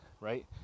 Right